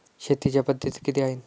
शेतीच्या पद्धती किती आहेत?